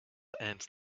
ants